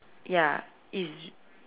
ya it's